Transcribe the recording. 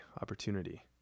opportunity